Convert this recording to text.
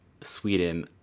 sweden